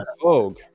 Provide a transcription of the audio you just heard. Vogue